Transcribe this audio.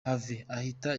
ahita